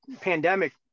pandemic